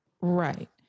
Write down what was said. Right